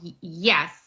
Yes